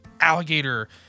alligator